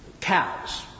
Cows